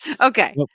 okay